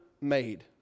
made